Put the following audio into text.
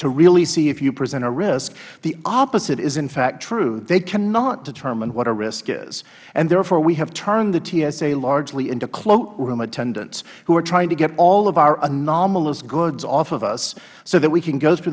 to really see if you present a risk the opposite is in fact true they cannot determine what a risk is therefore we have turned the tsa largely into cloakroom attendants who are trying to get all of our anomalous goods off of us so that we can go through